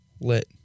lit